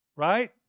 Right